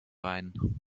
rein